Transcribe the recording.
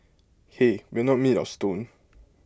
hey we're not made of stone